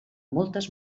moltes